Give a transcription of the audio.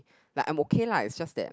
but I am okay lah it's just that